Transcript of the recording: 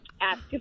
ask